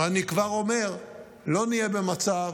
אני כבר אומר שלא נהיה במצב